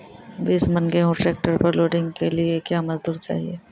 बीस मन गेहूँ ट्रैक्टर पर लोडिंग के लिए क्या मजदूर चाहिए?